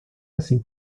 assim